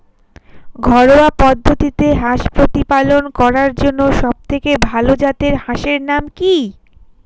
ঘরোয়া পদ্ধতিতে হাঁস প্রতিপালন করার জন্য সবথেকে ভাল জাতের হাঁসের নাম কি?